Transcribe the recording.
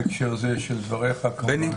בהקשר זה של דבריך כמובן.